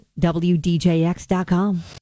WDJX.com